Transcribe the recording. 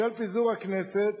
בשל פיזור הכנסת